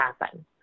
happen